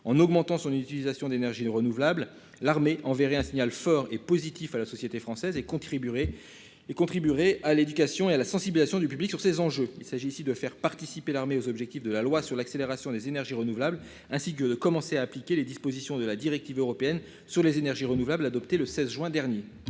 en augmentant son utilisation d'énergies renouvelables. L'armée enverrait un signal fort et positif à la société française et contribuerez et contribuerait à l'éducation et à la sensibilisation du public sur ces enjeux. Il s'agit ici de faire participer l'armée aux objectifs de la loi sur l'accélération des énergies renouvelables, ainsi que de commencer à appliquer les dispositions de la directive européenne sur les énergies renouvelables, adoptée le 16 juin dernier.